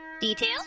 Detail